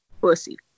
pussy